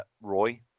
roy